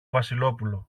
βασιλόπουλο